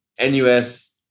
nus